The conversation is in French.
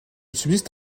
subsiste